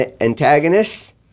antagonists